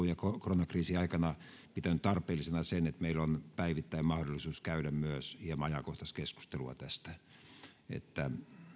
ja koronakriisin aikana pitänyt tarpeellisena sitä että meillä on päivittäin mahdollisuus käydä myös hieman ajankohtaiskeskustelua tästä niin että